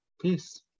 peace